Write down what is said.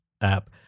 app